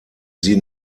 sie